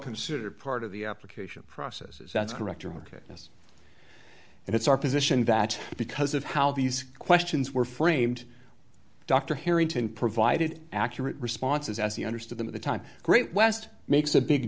considered part of the application process is that's correct you're ok yes and it's our position that because of how these questions were framed dr harrington provided accurate responses as i understood them at the time great west makes a big